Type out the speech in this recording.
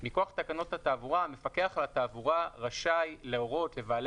מכוח תקנות התעבורה המפקח על התעבורה רשאי להורות לבעלי